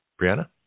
Brianna